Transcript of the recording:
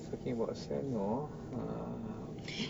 speaking about SAM uh